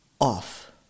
off